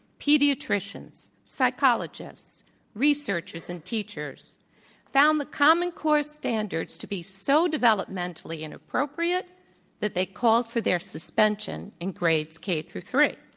pediatricians, psychologists researchers, and teachers found the common core standards to be so developmentally inappropriate that they called for their suspension in grades k through three.